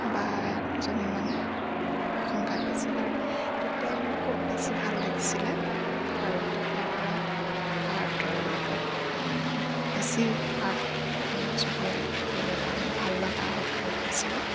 বা দুজনী মানে খুব প্ৰশংসা কৰিছিল আৰু তেতিয়াই মোৰ খুব বেছি ভাল লাগিছিলে আৰু তেতিয়াৰ পৰা আৰ্টৰ লগত মই বেছি আৰ্ট ছবি আঁকিবলৈ বা মোৰ ভাল লগা হবি হৈ পৰিছিলে